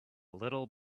little